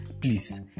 Please